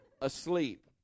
asleep